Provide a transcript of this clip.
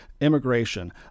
immigration